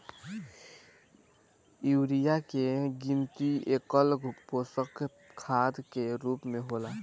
urea के गिनती एकल पोषक खाद के रूप में होला